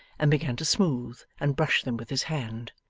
and began to smooth and brush them with his hand.